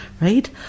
right